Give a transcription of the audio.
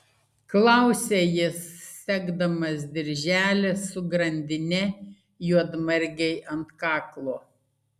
klausia jis segdamas dirželį su grandine juodmargei ant kaklo